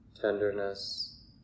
tenderness